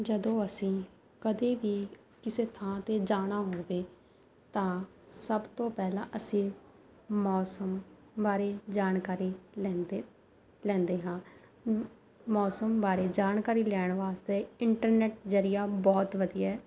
ਜਦੋਂ ਅਸੀਂ ਕਦੇ ਵੀ ਕਿਸੇ ਥਾਂ 'ਤੇ ਜਾਣਾ ਹੋਵੇ ਤਾਂ ਸਭ ਤੋਂ ਪਹਿਲਾਂ ਅਸੀਂ ਮੌਸਮ ਬਾਰੇ ਜਾਣਕਾਰੀ ਲੈਂਦੇ ਲੈਂਦੇ ਹਾਂ ਮੌਸਮ ਬਾਰੇ ਜਾਣਕਾਰੀ ਲੈਣ ਵਾਸਤੇ ਇੰਟਰਨੈੱਟ ਜ਼ਰੀਆ ਬਹੁਤ ਵਧੀਆ ਹੈ